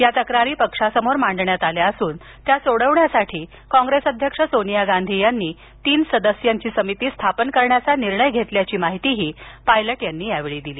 या तक्रारी पक्षासमोर मांडण्यात आल्या असून त्या सोडवण्यासाठी कॉग्रेस अध्यक्ष सोनिया गांधी यांनी तीन सदस्यांची समिती स्थापन करण्याचा निर्णय घेतला असल्याची माहितीही पायलट यांनी दिली